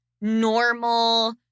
normal